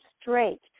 straight